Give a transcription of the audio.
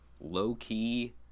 low-key